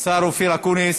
השר אופיר אקוניס,